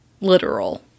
literal